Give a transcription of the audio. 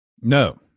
No